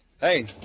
Hey